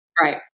Right